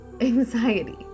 anxiety